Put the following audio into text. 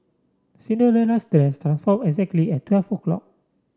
Cinderella's dress form exactly at twelve o'clock